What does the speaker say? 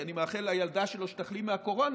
שאני מאחל לילדה שלו שתחלים מהקורונה,